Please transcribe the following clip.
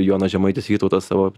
jonas žemaitis vytautas savo